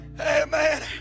Amen